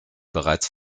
bereits